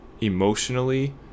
emotionally